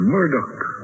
Murdoch